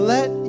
Let